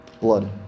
Blood